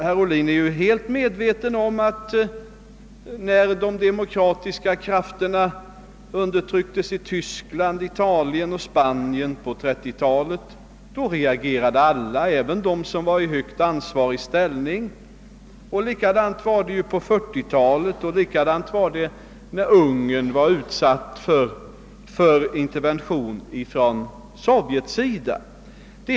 Herr Ohlin är helt medveten om att alla — även de som var i hög ansvarig ställning — reagerade när de demokratiska krafterna undertrycktes i Tyskland, Italien och Spanien på 1930-talet. Likadant var det på 1940-talet och likadant var det när Ungern blev utsatt för intervention från Sovjets sida.